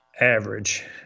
average